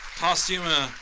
posthumous